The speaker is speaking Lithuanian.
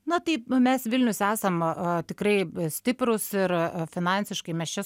na taip mes vilnius esam a tikrai stiprūs yra finansiškai mes čia